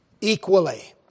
equally